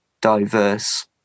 diverse